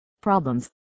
problems